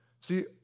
See